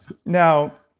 now,